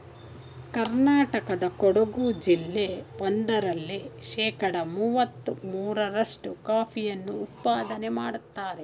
ಕರ್ನಾಟಕದ ಕೊಡಗು ಜಿಲ್ಲೆ ಒಂದರಲ್ಲೇ ಶೇಕಡ ಮುವತ್ತ ಮೂರ್ರಷ್ಟು ಕಾಫಿಯನ್ನು ಉತ್ಪಾದನೆ ಮಾಡ್ತರೆ